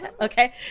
Okay